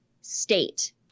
state